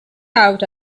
out